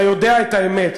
ואתה יודע את האמת,